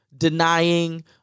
denying